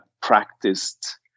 practiced